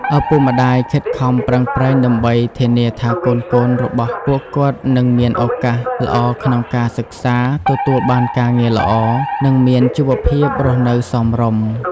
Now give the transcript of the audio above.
ឪពុកម្ដាយខិតខំប្រឹងប្រែងដើម្បីធានាថាកូនៗរបស់ពួកគាត់នឹងមានឱកាសល្អក្នុងការសិក្សា ទទួលបានការងារល្អ និងមានជីវភាពរស់នៅសមរម្យ។